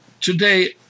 today